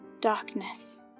Darkness